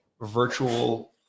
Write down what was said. virtual